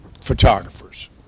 photographers